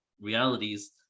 realities